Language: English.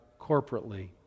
corporately